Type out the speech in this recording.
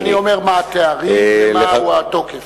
אני אומר מה התארים ומהו התוקף.